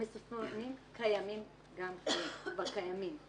המסופונים כבר קיימים.